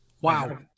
Wow